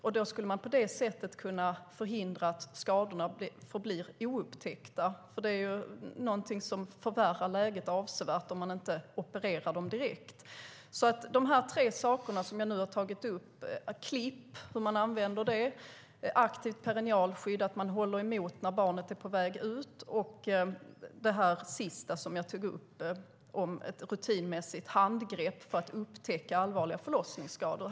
På det sättet skulle man kunna förhindra att skadorna förblir oupptäckta. Det förvärrar läget avsevärt om man inte opererar direkt. Det är tre saker som jag har tagit upp - klipp, aktivt perinealskydd, det vill säga att man håller emot när barnet är på väg ut, och det senaste jag tog upp, ett rutinmässigt handgrepp för att upptäcka allvarliga förlossningsskador.